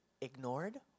ignored